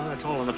it's all